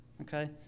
okay